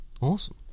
Awesome